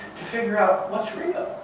to figure out what's real,